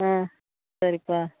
ஆ சரிப்பா